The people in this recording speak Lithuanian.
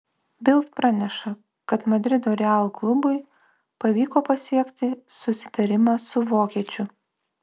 bild praneša kad madrido real klubui pavyko pasiekti susitarimą su vokiečiu